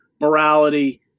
morality